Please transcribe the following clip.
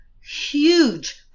huge